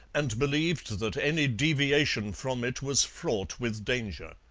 and believed that any deviation from it was fraught with danger.